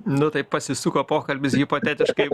nu taip pasisuko pokalbis hipotetiškai